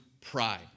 pride